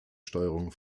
steuerung